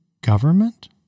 Government